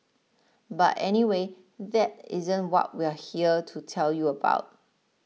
but anyway that isn't what we're here to tell you about